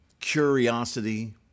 curiosity